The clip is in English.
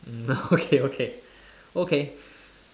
okay okay okay